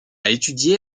étudié